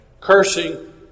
Cursing